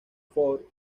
ford